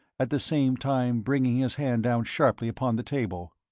at the same time bringing his hand down sharply upon the table.